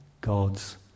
God's